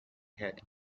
had